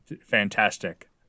fantastic